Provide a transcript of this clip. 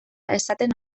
esaten